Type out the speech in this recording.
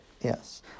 Yes